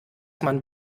man